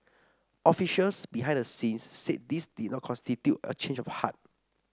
officials behind the scenes said this did not constitute a change of heart